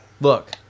look